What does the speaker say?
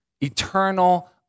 eternal